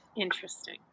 Interesting